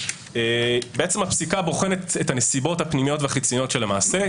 בעצם הפסיקה בוחנת את הסיבות הפנימיות והחיצוניות של המעשה,